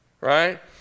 right